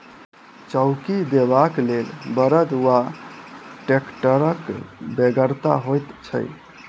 चौकी देबाक लेल बड़द वा टेक्टरक बेगरता होइत छै